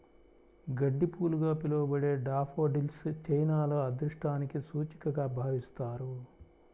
గడ్డిపూలుగా పిలవబడే డాఫోడిల్స్ చైనాలో అదృష్టానికి సూచికగా భావిస్తారు